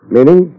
Meaning